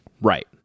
Right